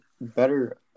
better